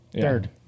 Third